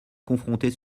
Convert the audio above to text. confrontés